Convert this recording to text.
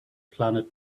planet